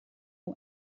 nhw